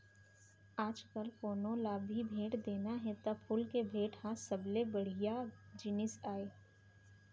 आजकाल कोनों ल भी भेंट देना हे त फूल के भेंट ह सबले बड़िहा जिनिस आय